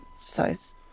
size